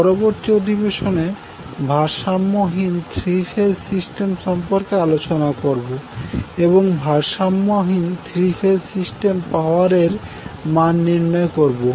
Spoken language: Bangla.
পরবর্তী অধিবেশনে ভারসাম্যহীন থ্রি ফেজ সিস্টেম সম্পর্কে আলোচনা করবো এবং ভারসাম্যহীন থ্রি ফেজ সিস্টেমে পাওয়ার এর মান নির্ণয় করবো